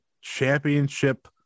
championship